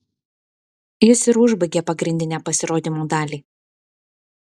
jis ir užbaigė pagrindinę pasirodymo dalį